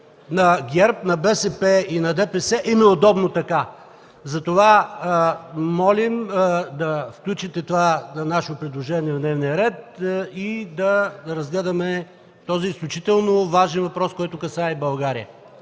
– ГЕРБ, БСП и ДПС, им е удобно така. Затова молим да включите това наше предложение в дневния ред и да разгледаме този изключително важен въпрос, който касае България.